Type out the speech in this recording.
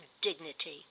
dignity